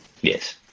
yes